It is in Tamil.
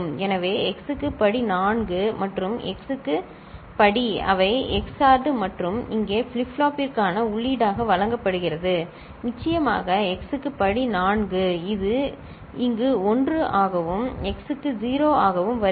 எனவே x க்கு படி 4 மற்றும் x 3 க்கு படி அவை XORred மற்றும் இங்கே பிளிப் ஃபிளாப் பிற்கான உள்ளீடாக வழங்கப்படுகின்றன நிச்சயமாக x க்கு படி 4 இது இங்கு 1 ஆகவும் x க்கு 0 ஆகவும் வருகிறது